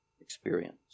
experience